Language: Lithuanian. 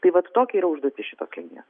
tai vat tokia yra užduotis šitos linijos